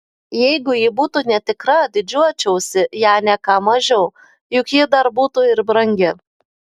jeigu ji būtų netikra didžiuočiausi ja ne ką mažiau juk ji dar būtų ir brangi